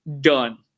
done